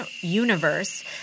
universe